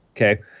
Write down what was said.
Okay